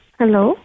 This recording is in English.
Hello